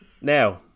now